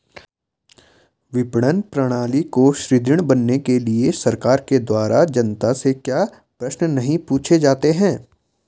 विपणन प्रणाली को सुदृढ़ बनाने के लिए सरकार के द्वारा जनता से क्यों प्रश्न नहीं पूछे जाते हैं?